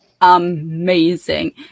amazing